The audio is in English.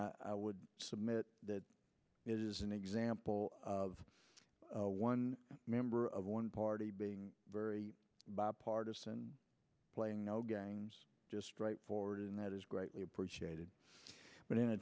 i would submit that is an example of one member of one party being very bipartisan playing no games just right for it and that is greatly appreciated but in a